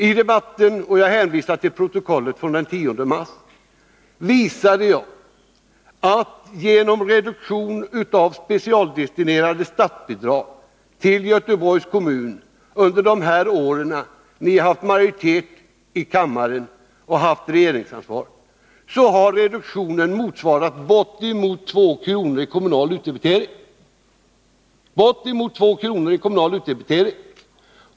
I debatten den 10 mars — jag hänvisar till protokollet från den dagen — visade jag att under de år som de borgerliga partierna har haft majoriteten i kammaren och innehaft regeringsansvaret har reduktionen av specialdestinerade statsbidrag till Göteborgs kommun motsvarat bortemot 2 kr. i kommunal utdebitering.